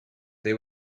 they